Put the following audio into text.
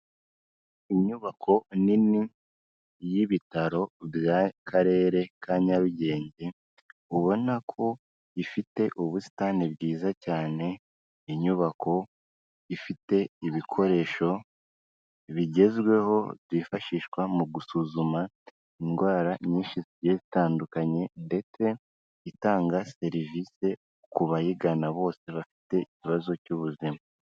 Inyubako nini y'ibitaro by'Akarere ka Nyarugenge ubona ko ifite ubusitani bwiza cyane, inyubako ifite ibikoresho bigezweho byifashishwa mu gusuzuma indwara nyinshi zigiye zitandukanye ndetse itanga serivise ku bayigana bose bafite ikibazo cy'ubuzima.